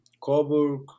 Coburg